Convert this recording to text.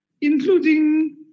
including